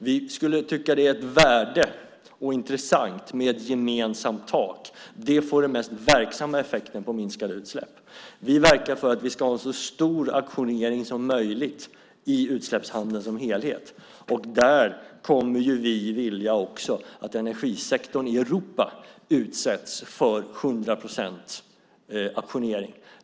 Vi skulle tycka att det var av värde och intressant med ett gemensamt tak. Det får den mest verksamma effekten på minskade utsläpp. Vi verkar för att vi ska ha så stor auktionering som möjligt i utsläppshandeln som helhet. Där kommer vi också att vilja att energisektorn i Europa utsätts för hundra procents auktionering.